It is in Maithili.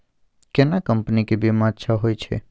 केना कंपनी के बीमा अच्छा होय छै?